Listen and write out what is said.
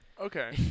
Okay